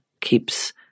keeps